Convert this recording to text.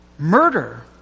Murder